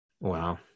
Wow